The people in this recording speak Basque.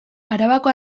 arabako